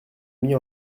mis